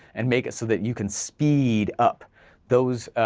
and make it so that you can speed up those,